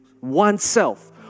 oneself